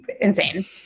insane